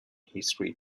history